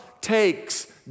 takes